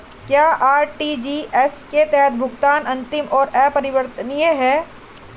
क्या आर.टी.जी.एस के तहत भुगतान अंतिम और अपरिवर्तनीय है?